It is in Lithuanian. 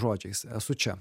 žodžiais esu čia